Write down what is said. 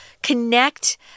connect